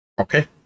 Okay